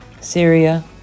Syria